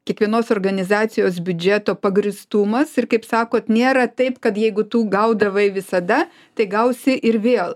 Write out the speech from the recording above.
kiekvienos organizacijos biudžeto pagrįstumas ir kaip sakot nėra taip kad jeigu tu gaudavai visada tai gausi ir vėl